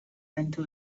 into